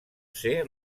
ser